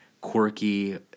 quirky